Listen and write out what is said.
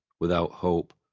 without hope,